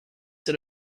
set